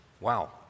Wow